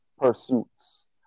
pursuits